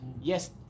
Yes